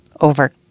over